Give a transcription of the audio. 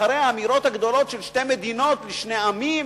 אחרי האמירות הגדולות של שתי מדינות לשני עמים,